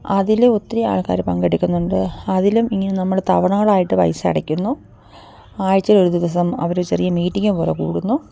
അതില് ഒത്തിരി ആൾക്കാര് പങ്കെടുക്കുന്നുണ്ട് അതിലും ഇങ്ങനെ നമ്മള് തവണകളായിട്ട് പൈസ അടയ്ക്കുന്നു ആഴ്ചയില് ഒരു ദിവസം അവര് ചെറിയ മീറ്റിങ്ങ് പോലെ കൂടുന്നു